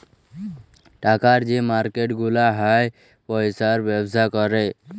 টাকার যে মার্কেট গুলা হ্যয় পয়সার ব্যবসা ক্যরে